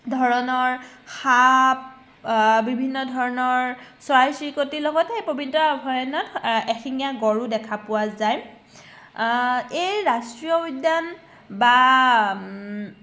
ধৰণৰ সাপ বিভিন্ন ধৰণৰ চৰাই চিৰিকটিৰ লগতে এই পবিতৰা অভয়াৰণ্যত এশিঙীয়া গঁড়ো দেখা পোৱা যায় এই ৰাষ্ট্ৰীয় উদ্যান বা